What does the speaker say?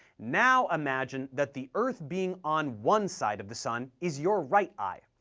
now imagine that the earth being on one side of the sun is your right eye,